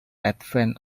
advent